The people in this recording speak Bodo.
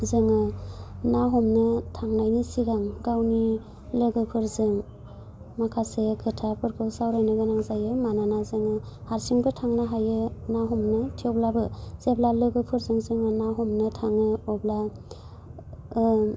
जोङो ना हमनो थांनायनि सिगां गावनि लोगोफोरजों माखासे खोथाफोरखौ सावरायनो गोनां जायो मानोना जोङो हारसिंबो थांनो हायो ना हमनो थेवब्लाबो जेब्ला लोगोफोरजों जोङो ना हमनो थाङो अब्ला